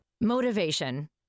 Motivation